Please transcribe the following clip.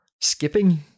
Skipping